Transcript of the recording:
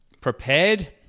prepared